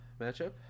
matchup